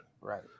right